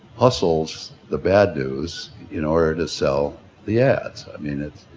hustles the bad news in order to sell the ads. i mean it's,